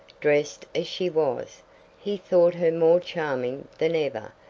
dressed as she was he thought her more charming than ever,